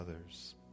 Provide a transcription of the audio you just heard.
others